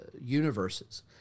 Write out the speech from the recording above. universes